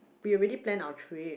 we already plan our trip